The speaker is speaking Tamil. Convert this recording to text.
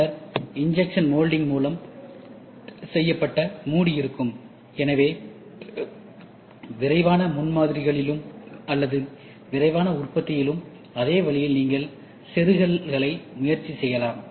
பின்னர் இன்ஜெக்ஷன் மோல்டிங் மூலம் செய்யப்பட்ட மூடி இருக்கும் எனவே விரைவான முன்மாதிரிகளிலும் அல்லது விரைவான உற்பத்தியிலும் அதே வழியில் நீங்கள் செருகல்களை முயற்சி செய்யலாம்